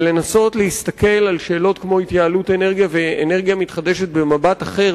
ולנסות להסתכל על שאלות כמו התייעלות אנרגיה ואנרגיה מתחדשת במבט אחר,